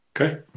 Okay